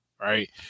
right